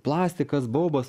plastikas baubas